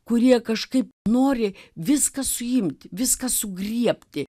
kurie kažkaip nori viską suimti viską sugriebti